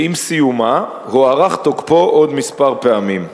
ועם סיומה הוארך תוקפו עוד מספר פעמים.